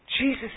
Jesus